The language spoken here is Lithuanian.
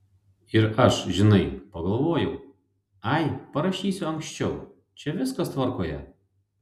ir aš žinai pagalvojau ai parašysiu anksčiau čia viskas tvarkoje